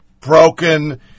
broken